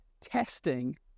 testing